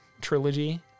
trilogy